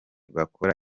bakora